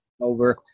over